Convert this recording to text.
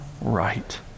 right